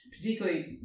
particularly